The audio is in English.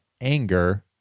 anger